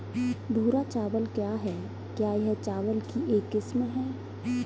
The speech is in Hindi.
भूरा चावल क्या है? क्या यह चावल की एक किस्म है?